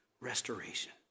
restoration